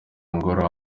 ngoro